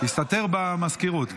מסתתר במזכירות.